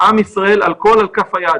עם ישראל על כל כף היד,